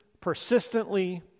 persistently